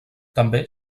també